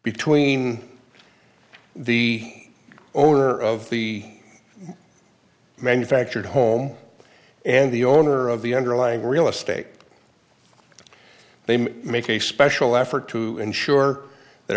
between the owner of the manufactured home and the owner of the underlying real estate they may make a special effort to ensure that